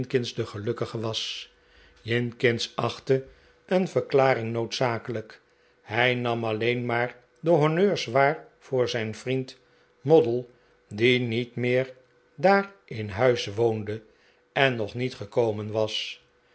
de gelukkige was jinkins achtte een verklaring noodzakelijk hij nam alleen maar de honneurs waar voor zijn vriend moddle die niet meer daar in huis woonde en nog niet gekomen was